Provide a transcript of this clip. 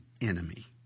enemy